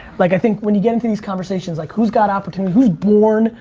like i think, when you get into these conversations like, who's got opportunity? who's born,